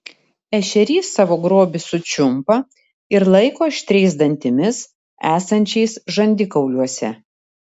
ešerys savo grobį sučiumpa ir laiko aštriais dantimis esančiais žandikauliuose